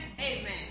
Amen